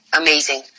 amazing